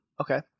Okay